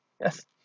Yes